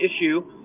issue